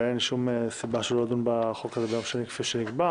ואין שום סיבה של לדון בחוק הזה ביום שני כפי שנקבע.